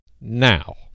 now